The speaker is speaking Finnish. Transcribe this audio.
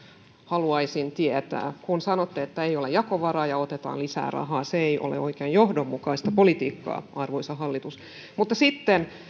haluaisin tietää kun sanotte että ei ole jakovaraa ja otetaan lisää rahaa se ei ole oikein johdonmukaista politiikkaa arvoisa hallitus mutta sitten